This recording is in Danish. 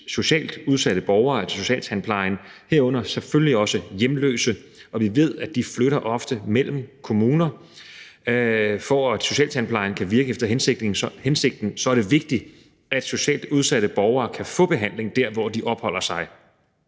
socialt udsatte borgere, herunder selvfølgelig også hjemløse. Og vi ved, at de ofte flytter mellem kommuner. For at socialtandplejen kan virke efter hensigten, er det vigtigt, at socialt udsatte borgere kan få behandling der, hvor de opholder sig.